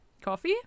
Coffee